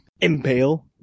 Impale